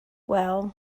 well